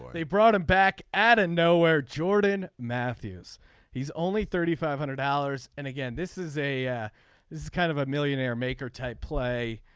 they brought him back. adam nowhere. jordan matthews he's only thirty five hundred dollars and again this is a is kind of a millionaire maker type play